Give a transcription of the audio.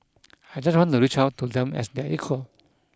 I just want to reach out to them as their equal